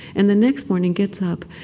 and the next morning gets up,